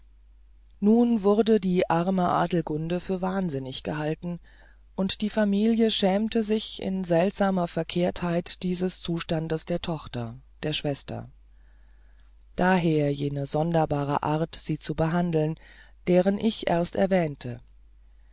nun wurde die arme adelgunde für wahnsinnig gehalten und die familie schämte sich in seltsamer verkehrtheit dieses zustandes der tochter der schwester daher jene sonderbare art sie zu behandeln deren ich erst erwähnte